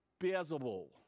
visible